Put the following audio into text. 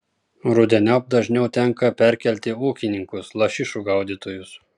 rudeniop dažniau tenka perkelti ūkininkus lašišų gaudytojus